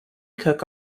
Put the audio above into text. cook